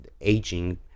aging